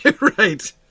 Right